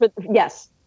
Yes